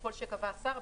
ככל שקבע השר,